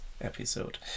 episode